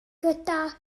gyda